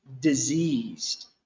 diseased